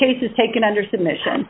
case is taken under submission